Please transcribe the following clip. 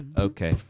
Okay